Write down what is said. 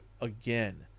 again